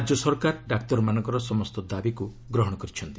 ରାଜ୍ୟ ସରକାର ଡାକ୍ତରମାନଙ୍କର ସମସ୍ତ ଦାବିକୁ ଗ୍ରହଣ କରିଛନ୍ତି